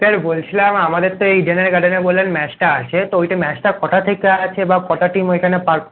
sir বলছিলাম আমাদের তো ইডেনের গার্ডেনে বললেন ম্যাচটা আছে তো ওইটা ম্যাচটা কটা থেকে আছে বা কটা টিম ওইখানে